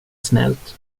snällt